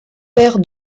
père